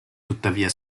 tuttavia